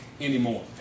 anymore